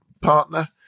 partner